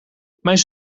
mijn